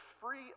free